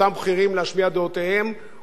הוא בעיטה בדמוקרטיה הישראלית,